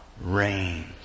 reigns